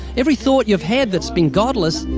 every thought you've had that's been godless,